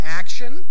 action